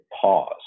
pause